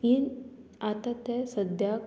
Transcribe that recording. ही आतां ते सद्याक